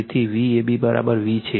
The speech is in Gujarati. તેથી તે VABv છે